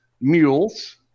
mules